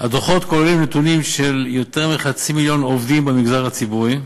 הדוחות כוללים נתונים של יותר מחצי מיליון עובדים במגזר הציבורי,